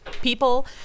people